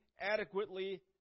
adequately